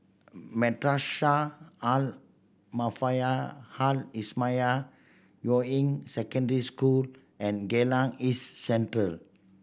Madrasah Al Al Islamiah Yuying Secondary School and Geylang East Central